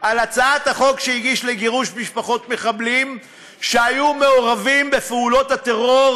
על הצעת החוק שהגיש לגירוש משפחות מחבלים שהיו מעורבים בפעולות הטרור,